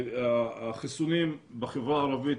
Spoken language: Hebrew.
החיסונים בחברה הערבית,